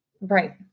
Right